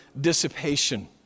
dissipation